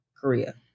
Korea